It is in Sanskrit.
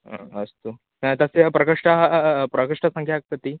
अस्तु तस्य प्रकोष्ठाः प्रकोष्ठसङ्ख्या कति